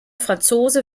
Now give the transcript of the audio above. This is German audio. franzose